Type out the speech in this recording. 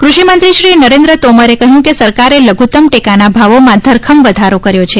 કૃષિ મંત્રી શ્રી નરેન્દ્ર તોમરે કહ્યું કે સરકારે લધુત્તમ ટેકાના ભાવોમાં ધરખમ વધારો કર્યો છે